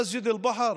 מסג'ד אל-בחר?